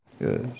Yes